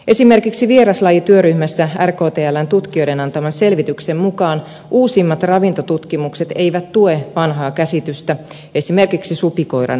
esimerkiksi vieraslajityöryhmässä rktln tutkijoiden antaman selvityksen mukaan uusimmat ravintotutkimukset eivät tue vanhaa käsitystä esimerkiksi supikoiran haitallisuudesta